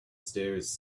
stairs